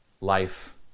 life